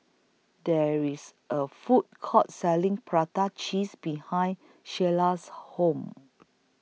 There IS A Food Court Selling Prata Cheese behind Sheilah's House